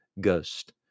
Ghost